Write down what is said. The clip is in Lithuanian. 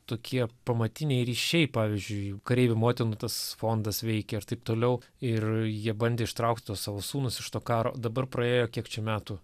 tokie pamatiniai ryšiai pavyzdžiui kareivių motinų tas fondas veikia ir taip toliau ir jie bandė ištraukt tuos savo sūnus iš to karo dabar praėjo kiek metų